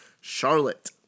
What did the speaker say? Charlotte